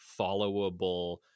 followable